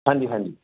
ਹਾਂਜੀ ਹਾਂਜੀ